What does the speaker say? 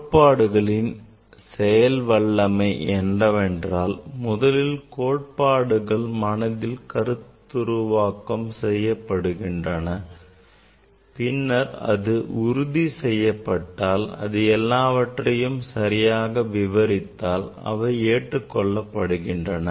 கோட்பாடுகளின் செயல் வல்லமை என்னவென்றால் முதலில் கோட்பாடுகள் மனதில் கருத்துருவாக்கம் செய்யப்படுகின்றன பின்னர் அது உறுதி செய்யப்பட்டால் அது எல்லாவற்றையும் சரியாக விவரித்தால் அவை ஏற்றுக்கொள்ளப்படுகின்றன